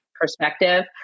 perspective